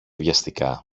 βιαστικά